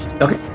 Okay